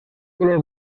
color